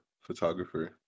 photographer